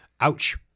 Ouch